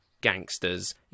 gangsters